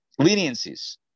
leniencies